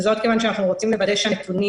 וזאת כיוון שאנחנו רוצים לוודא שהנתונים